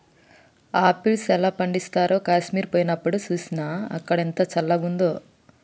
apples ఎలా పండిస్తారో కాశ్మీర్ పోయినప్డు చూస్నా, అక్కడ ఎంత చల్లంగున్నాదో